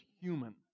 human